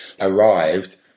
arrived